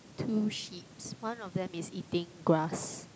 two sheep's one of them is eating grass